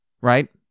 right